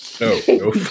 No